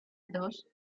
dos